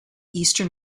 eastern